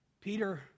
Peter